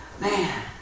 man